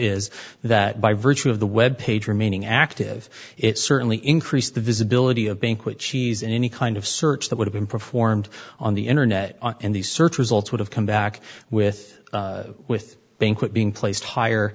is that by virtue of the web page remaining active it certainly increased the visibility of banquet cheese in any kind of search that would have been performed on the internet and the search results would have come back with with banquet being placed higher